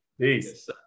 Peace